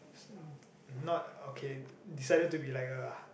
not okay decided to be like a